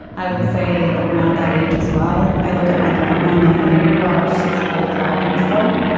i would say around that age as well. i look at my grandma and i think well she's really thriving still.